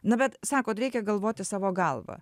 na bet sakot reikia galvoti savo galva